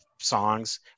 songs